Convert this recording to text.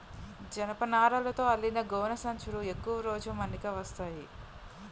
జనపనారతో అల్లిన గోనె సంచులు ఎక్కువ రోజులు మన్నిక వస్తాయి